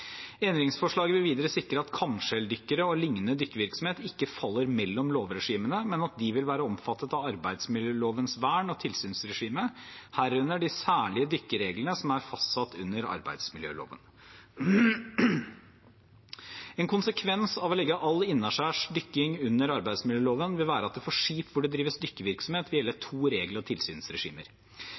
Endringsforslaget vil videre sikre at kamskjelldykkere og lignende dykkevirksomhet ikke faller mellom lovregimene, men at de vil være omfattet av arbeidsmiljølovens vern og tilsynsregime, herunder de særlige dykkereglene som er fastsatt under arbeidsmiljøloven. En konsekvens av å legge all innaskjærs dykking under arbeidsmiljøloven vil være at det for skip hvor det drives dykkevirksomhet, vil gjelde to regel- og tilsynsregimer.